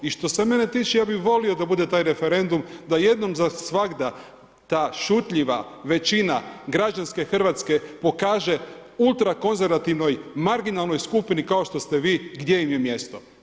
I što se mene tiče ja bih volio da bude taj referendum da jednom za svagda ta šutljiva većina građanske Hrvatske pokaže ultrakonzervativnoj marginalnoj skupini kao što ste vi gdje im je mjesto.